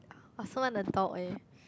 I also want a dog eh